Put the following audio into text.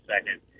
second